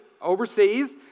overseas